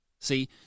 See